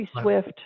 swift